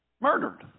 murdered